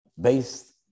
based